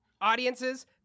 audiences